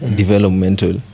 developmental